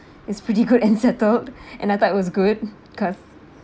it's pretty good and settled and I thought it was good because